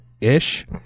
ish